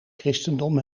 christendom